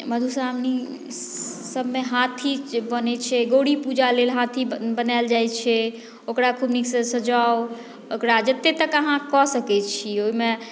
मधुश्रावणी सभमे हाथी बनै छै गौड़ी पुजा लेल हाथी बनाएल जाइ छै ओकरा खुब निकसे सजाउ ओकरा जते तक अहाँ कऽ सकै छी ओहिमे